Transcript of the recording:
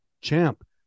champ